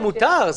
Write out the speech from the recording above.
לא, מותר.